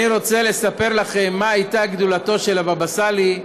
אני רוצה לספר לכם מה הייתה גדולתו של הבאבא סאלי,